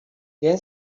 then